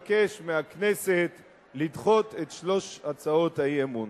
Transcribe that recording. ואני מבקש מהכנסת לדחות את שלוש הצעות האי-אמון.